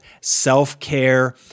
self-care